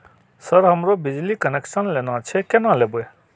Sir हमरो बिजली connection लेना छे केना लेबे?